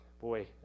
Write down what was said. Boy